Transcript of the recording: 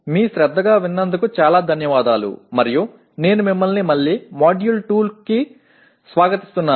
మీ శ్రద్ధగా విన్నందుకు చాలా ధన్యవాదాలు మరియు నేను మిమ్మల్ని మళ్ళీ మాడ్యూల్ 2 కు స్వాగతిస్తున్నాను